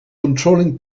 controlling